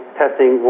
testing